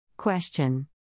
Question